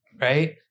Right